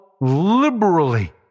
liberally